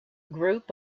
group